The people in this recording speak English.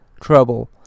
trouble